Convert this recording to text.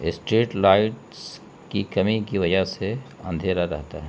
street lights کی کمی کی وجہ سے اندھیرا رہتا ہے